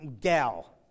gal